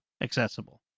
accessible